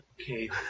Okay